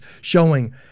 showing